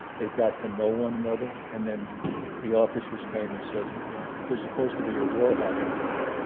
they got to know one another. and then the officers came and said there's supposed to be a war happening here.